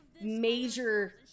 major